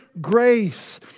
grace